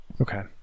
Okay